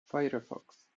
firefox